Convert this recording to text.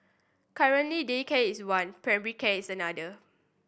currently daycare is one primary care is another